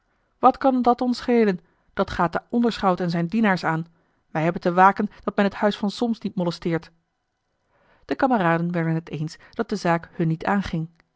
wat kan dat ons schelen dat gaat den onderschout en zijne dienaars aan wij hebben te waken dat men het huis van solms niet molesteert de kameraden werden t eens dat de zaak hun niet aanging